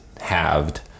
halved